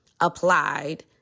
applied